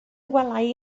welai